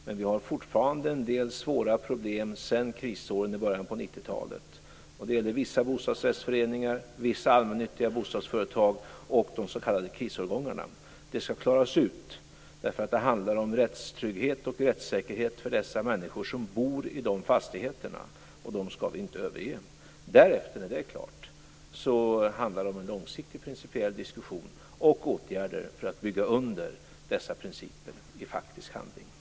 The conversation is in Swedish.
Men vi har fortfarande en del svåra problem sedan krisåren i början av 90-talet. Det gäller vissa bostadsrättsföreningar, vissa allmännyttiga bostadsföretag och de s.k. krisårgångarna. Det skall klaras ut, därför att det handlar om rättstrygghet och rättssäkerhet för de människor som bor i de fastigheterna. Dem skall vi inte överge. Därefter är det klart att det handlar om en långsiktig principiell diskussion om åtgärder för att underbygga dessa principer i faktisk handling.